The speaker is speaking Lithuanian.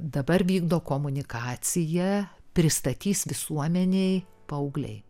dabar vykdo komunikaciją pristatys visuomenei paaugliai